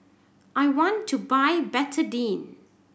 I want to buy Betadine